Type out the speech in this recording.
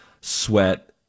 sweat